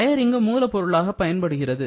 wire இங்கு மூலப்பொருளாக பயன்படுகிறது